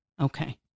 Okay